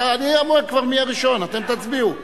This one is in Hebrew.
אני אומר מי הראשון ואתם תצביעו.